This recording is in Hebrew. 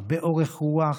הרבה אורך רוח,